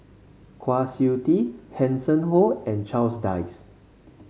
Kwa Siew Tee Hanson Ho and Charles Dyce